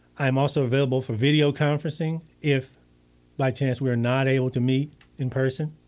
i am also available for video conferencing if by chance we are not able to meet in person.